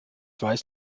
weiß